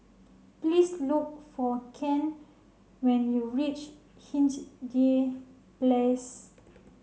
please look for Ken when you reach Hindhede Place